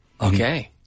Okay